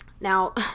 now